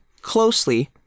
closely